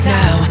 now